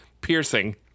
piercing